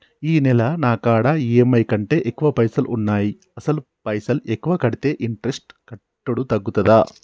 ఈ నెల నా కాడా ఈ.ఎమ్.ఐ కంటే ఎక్కువ పైసల్ ఉన్నాయి అసలు పైసల్ ఎక్కువ కడితే ఇంట్రెస్ట్ కట్టుడు తగ్గుతదా?